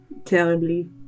Terribly